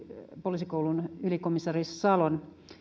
poliisikoulun ylikomisario salon